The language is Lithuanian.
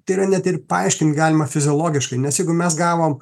tai yra net ir paaiškint galima fiziologiškai nes jeigu mes gavom